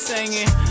Singing